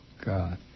God